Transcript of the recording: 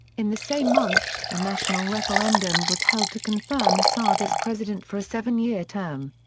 in the same month, a national referendum was held to confirm assad as president for a seven year term.